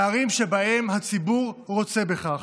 בערים שבהן הציבור רוצה בכך,